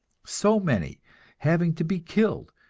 so many having to be killed,